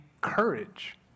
courage